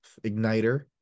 igniter